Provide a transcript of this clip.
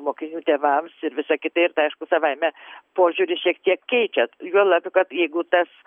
mokinių tėvams ir visa kita ir dar aišku savaime požiūrį šiek tiek keičia juolab kad jeigu tas